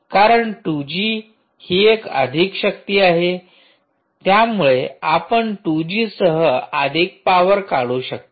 कारण 2G ही एक अधिक शक्ती आहे त्यामुळे आपण 2G सह अधिक पॉवर काढू शकता